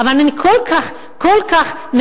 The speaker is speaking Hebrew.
אבל אני כל כך כל כך נחרדתי,